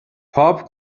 پاپ